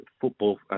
football